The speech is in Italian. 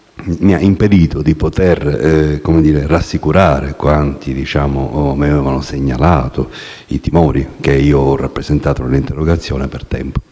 mi ha impedito di rassicurare quanti mi avevano segnalato i timori che ho rappresentato con l'interrogazione per tempo.